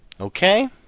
Okay